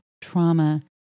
trauma